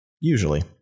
Usually